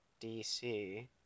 dc